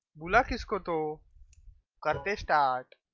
like the squiggle contest are